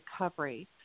recovery